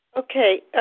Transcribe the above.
Okay